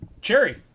Cherry